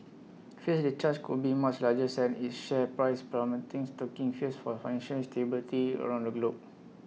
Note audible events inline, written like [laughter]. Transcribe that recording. fears the charge could be much larger sent its share price plummeting stoking fears for financial stability around the globe [noise]